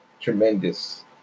tremendous